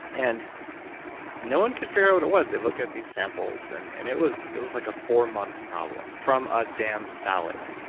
and no one could figure out what it was. they looked at these samples, and and it was it was like a four month problem, from a damn salad.